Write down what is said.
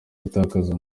gutakaza